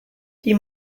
die